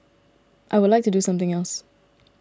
I would like to do something else